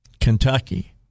kentucky